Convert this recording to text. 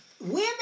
women